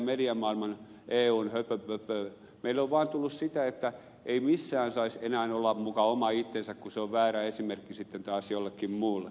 meille on vaan tullut sitä viestiä että ei missään saisi enää olla muka oma itsensä kun se on väärä esimerkki sitten taas jollekin muulle